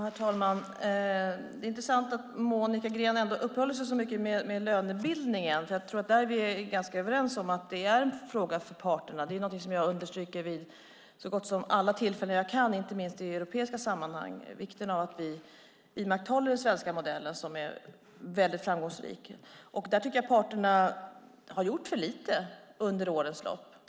Herr talman! Det är intressant att Monica Green ändå uppehåller sig så mycket vid lönebildningen eftersom jag tror att vi där är ganska överens om att det är en fråga för parterna. Det är någonting som jag understryker vid så gott som alla tillfällen jag kan, inte minst i europeiska sammanhang, alltså vikten av att vi vidmakthåller den svenska modellen som är mycket framgångsrik. Där tycker jag att parterna har gjort för lite under årens lopp.